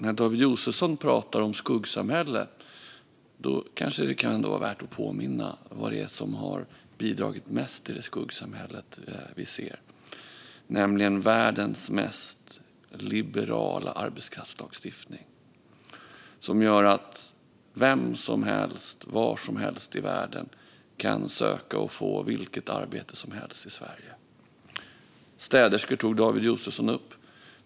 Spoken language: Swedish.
När David Josefsson pratar om skuggsamhället kan det kanske vara värt att påminna om vad det är som har bidragit mest till det skuggsamhälle vi ser, nämligen världens mest liberala lagstiftning för arbetskraftsinvandring, som gör att vem som helst var som helst i världen kan söka och få vilket arbete som helst i Sverige. Städare tog David Josefsson upp.